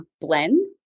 blend